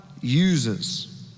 uses